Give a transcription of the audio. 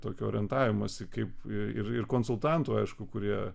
tokio orientavimosi kaip ir ir konsultantų aišku kurie